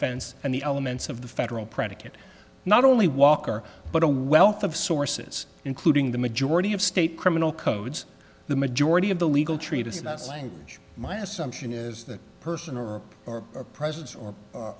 fense and the elements of the federal predicate not only walker but a wealth of sources including the majority of state criminal codes the majority of the legal treatise that's language my assumption is that a person or or a president or